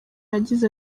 yagize